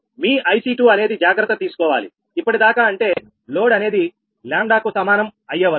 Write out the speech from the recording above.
మీ IC2 అనేది జాగ్రత్త తీసుకోవాలి ఇప్పటిదాకా అంటే లోడ్ అనేది 𝜆 కు సమానం అయ్యేవరకు